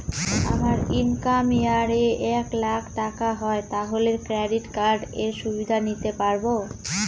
আমার income year এ এক লাক টাকা হয় তাহলে ক্রেডিট কার্ড এর সুবিধা নিতে পারবো?